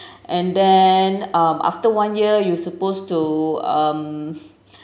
and then um after one year you supposed to um